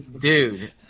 Dude